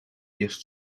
eerst